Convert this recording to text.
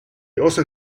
also